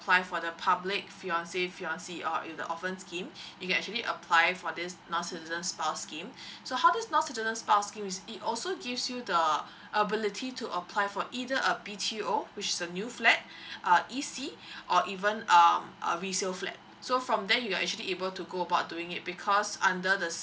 apply for the public fiancé fiancée or in the orphan scheme you can actually apply for this non citizen spouse scheme so how this non citizen spouse scheme is it also gives you the ability to apply for either a B_T_O which is the new flat uh E_C or even uh a resale flat so from there you are actually able to go about doing it because under the scheme